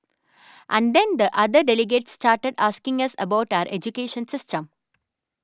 and then the other delegates started asking us about our education system